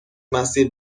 مسیر